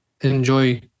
enjoy